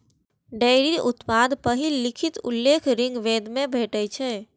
dairy उत्पादक पहिल लिखित उल्लेख ऋग्वेद मे भेटै छै